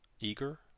eager